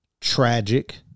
tragic